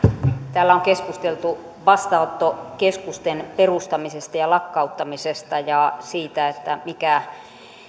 täällä on keskusteltu vastaanottokeskusten perustamisesta ja lakkauttamisesta ja siitä